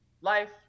life